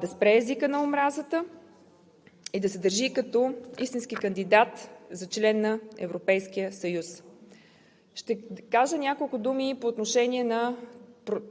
да спре езика на омразата и да се държи като истински кандидат за член на Европейския съюз. Ще кажа няколко думи по отношение на